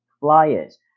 flyers